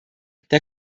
der